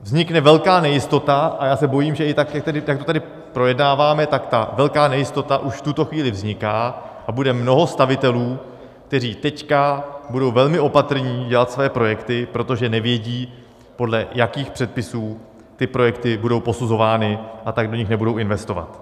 Vznikne velká nejistota a já se bojím, že i tak, jak to tady projednáváme, ta velká nejistota už v tuto chvíli vzniká a bude mnoho stavitelů, kteří teď budou velmi opatrní dělat svoje projekty, protože nevědí, podle jakých předpisů ty projekty budou posuzovány, a tak do nich nebudou investovat.